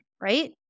right